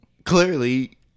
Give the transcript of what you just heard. Clearly